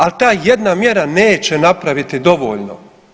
Ali, ta jedna mjera neće napraviti dovoljno.